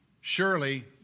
surely